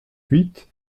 huit